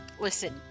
listen